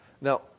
Now